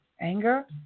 anger